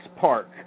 park